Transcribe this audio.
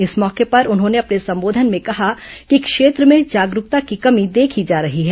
इस मौके पर उन्होंने अपने संबोधन में कहा कि क्षेत्र में जागरूकता की कमी देखी जा रही है